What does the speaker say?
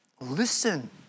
listen